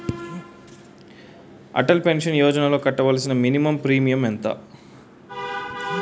Atal pension యోజనలో కట్టవలసిన minimum premium ఎంత?